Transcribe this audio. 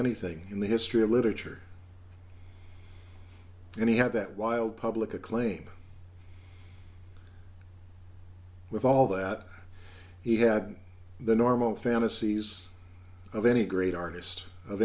anything in the history of literature and he had that wild public acclaim with all that he had the normal fantasies of any great artist of